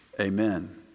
amen